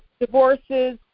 divorces